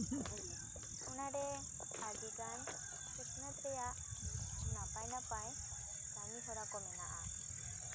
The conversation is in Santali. ᱚᱱᱟᱨᱮ ᱟᱹᱰᱤᱜᱟᱱ ᱥᱤᱠᱷᱱᱟᱹᱛ ᱨᱮᱭᱟᱜ ᱱᱟᱯᱟᱭ ᱱᱟᱯᱟᱭ ᱠᱟᱹᱢᱤᱦᱚᱨᱟ ᱠᱚ ᱢᱮᱱᱟᱜᱼᱟ